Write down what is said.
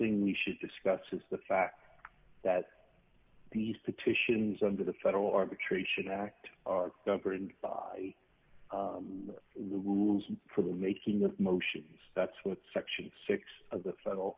thing we should discuss is the fact that these petitions under the federal arbitration act are governed by the rules for the making of motions that's what section six of the federal